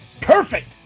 perfect